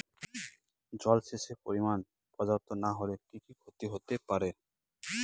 জলসেচের পরিমাণ পর্যাপ্ত না হলে কি কি ক্ষতি হতে পারে?